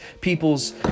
people's